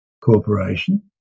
Corporation